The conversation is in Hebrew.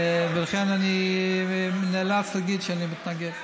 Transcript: ולכן אני נאלץ להגיד שאני מתנגד.